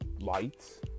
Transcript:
lights